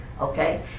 Okay